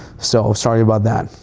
so sorry about that.